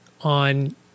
on